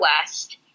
West